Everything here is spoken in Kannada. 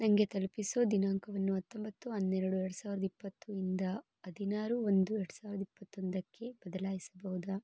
ನನಗೆ ತಲುಪಿಸೋ ದಿನಾಂಕವನ್ನು ಹತ್ತೊಂಬತ್ತು ಹನ್ನೆರಡು ಎರಡು ಸಾವಿರದ ಇಪ್ಪತ್ತು ಇಂದ ಹದಿನಾರು ಒಂದು ಎರಡು ಸಾವಿರದ ಇಪ್ಪತ್ತೊಂದಕ್ಕೆ ಬದಲಾಯಿಸಬಹುದಾ